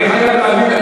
אני חייב להגיד,